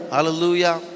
Hallelujah